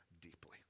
deeply